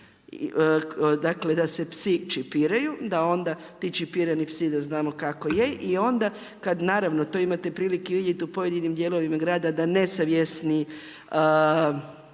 dakle, da se psi čipiraju, da onda ti čipirani psi da znamo kako je i onda kad naravno, to imate prilike vidjeti u pojedinim dijelovima grada, da nesavjesni